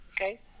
Okay